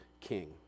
king